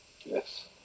Yes